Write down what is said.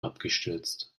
abgestürzt